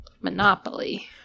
Monopoly